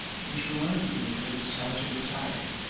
which reminded me that it was time to retire.